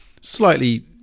slightly